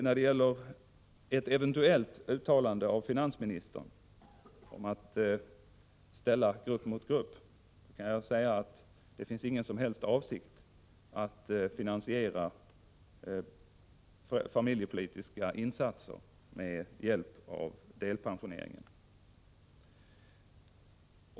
När det gäller det påstådda uttalandet av finansministern vill jag säga att det inte finns någon som helst avsikt att finansiera familjepolitiska insatser med hjälp av delpensioneringen.